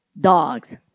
Dogs